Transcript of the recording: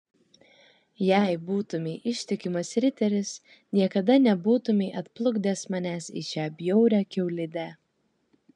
jei būtumei ištikimas riteris niekada nebūtumei atplukdęs manęs į šią bjaurią kiaulidę